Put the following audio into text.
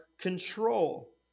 control